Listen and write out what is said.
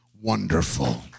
wonderful